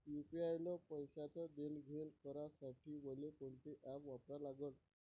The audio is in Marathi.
यू.पी.आय न पैशाचं देणंघेणं करासाठी मले कोनते ॲप वापरा लागन?